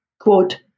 quote